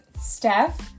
Steph